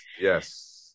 Yes